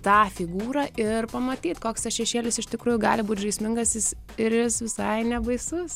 tą figūrą ir pamatyt koks tas šešėlis iš tikrųjų gali būt žaismingasis jis ir jis visai nebaisus